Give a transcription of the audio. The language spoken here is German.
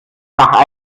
nach